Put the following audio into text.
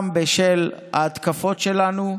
גם בשל ההתקפות שלנו,